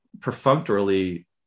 perfunctorily